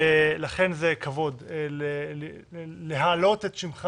לכן, זה כבוד להעלות את שמך